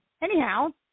anyhow